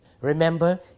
remember